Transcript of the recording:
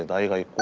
and i